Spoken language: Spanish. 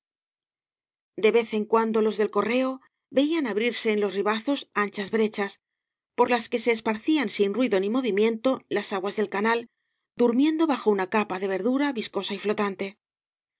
vez en cuando los del correo veían abrirse en los ribazos anchas brechas por las que se esparcían sin ruido ni movimiento las aguas del ca nal durmiendo bajo una capa de verdura viscosa y notante